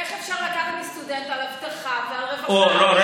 איך אפשר לקחת מסטודנט על אבטחה ועל רווחה?